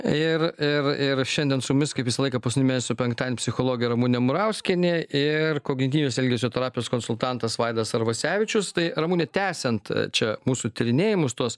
ir ir ir šiandien su mumis kaip visą laiką paskutinį mėnesio penktadienį psichologė ramunė murauskienė ir kognityvinės elgesio terapijos konsultantas vaidas arvasevičius tai ramune tęsiant čia mūsų tyrinėjimus tuos